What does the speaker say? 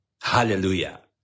Hallelujah